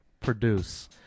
Produce